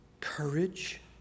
courage